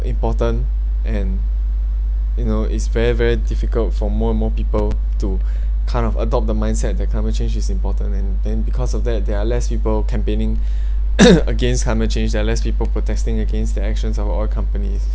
important and you know it's very very difficult for more and more people to kind of adopt the mindset that climate change is important and then because of that there're less people campaigning against climate change there are less people protesting against the actions of oil company